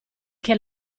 che